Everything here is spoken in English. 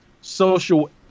social